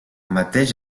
mateix